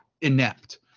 inept